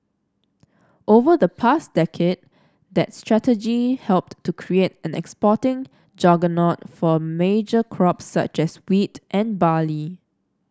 over the past decade that strategy helped to create an exporting juggernaut for major crops such as wheat and barley